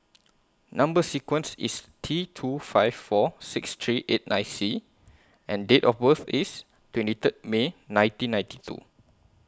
Number sequence IS T two five four six three eight nine C and Date of birth IS twenty Third May nineteen ninety two